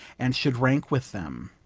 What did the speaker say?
and should rank with them.